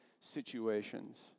situations